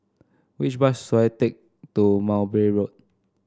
which bus should I take to Mowbray Road